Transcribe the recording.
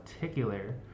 particular